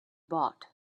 bought